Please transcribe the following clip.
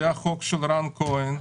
היה את החוק של רם כהן,